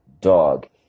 dog